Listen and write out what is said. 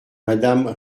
madame